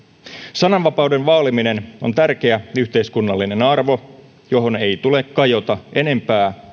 sananvapauden vaaliminen on tärkeä yhteiskunnallinen arvo johon ei tule kajota enempää